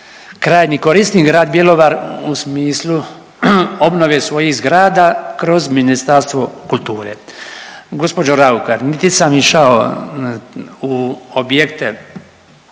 krajnji korisni, grad Bjelovar u smislu obnove svojih zgrada kroz Ministarstvo kulture. Gđo. Raukar, niti sam išao u objekte